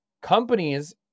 Companies